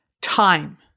time